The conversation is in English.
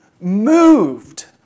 moved